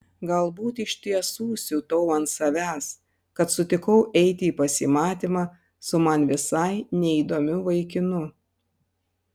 galbūt iš tiesų siutau ant savęs kad sutikau eiti į pasimatymą su man visai neįdomiu vaikinu